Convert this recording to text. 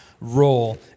role